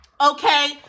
Okay